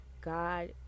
God